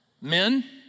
Men